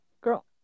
Girl